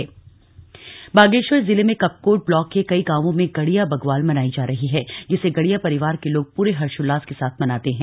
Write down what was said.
बग्वाल बागेश्वर टिहरी बागेश्वर जिले में कपकोट ब्लॉक के कई गांवों में गड़िया बग्वाल मनाई जा रही है जिसे गड़िया परिवार के लोग पूरे हर्षोल्लाष के साथ मनाते हैं